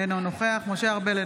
אינו נוכח משה ארבל,